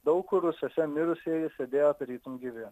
daug kur rūsiuose mirusieji sėdėjo tarytum gyvi